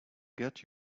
get